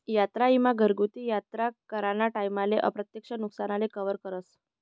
यात्रा ईमा घरगुती यात्रा कराना टाईमले अप्रत्यक्ष नुकसानले कवर करस